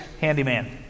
handyman